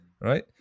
right